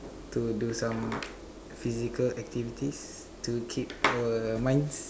to do some physical activities to keep our minds